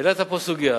העלית פה סוגיה